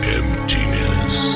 emptiness